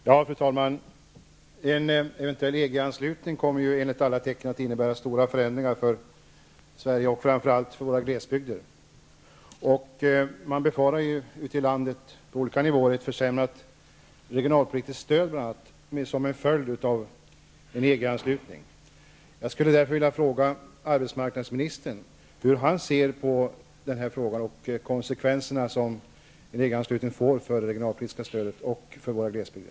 Fru talman! En eventuell EG-anslutning kommer enligt alla tecken att innebära stora förändringar för Sverige och framför allt för våra glesbygder. Man befarar ute i landet på olika nivåer bl.a. ett försämrat regionalpolitiskt stöd som en följd av en EG-anslutning. Jag skulle därför vilja fråga arbetsmarknadsministern hur han ser på denna fråga och konsekvenserna som en EG-anslutning får för det regionalpolitiska stödet och för våra glesbygder.